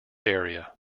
area